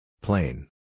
Plain